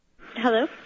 Hello